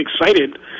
excited